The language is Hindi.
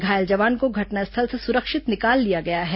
घायल जवान को घटनास्थल से सुरक्षित निकाल लिया गया है